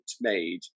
made